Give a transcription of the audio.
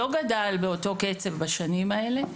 לא גדל באותו קצב בשנים האלה.